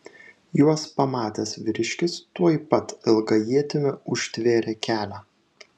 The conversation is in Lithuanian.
juos pamatęs vyriškis tuoj pat ilga ietimi užtvėrė kelią